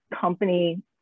company